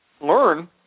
learn